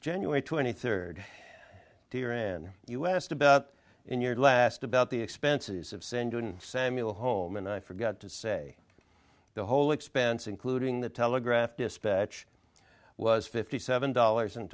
january twenty third dear and us about in your last about the expenses of senden samuel home and i forgot to say the whole expense including the telegraph dispatch was fifty seven dollars and